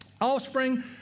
offspring